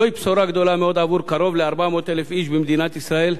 זוהי בשורה גדולה מאוד עבור קרוב ל-400,000 איש במדינת ישראל.